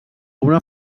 una